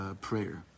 prayer